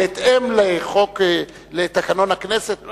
בהתאם לתקנון הכנסת,